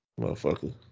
Motherfucker